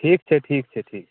ठीक छै ठीक छै ठीक छै